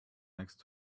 next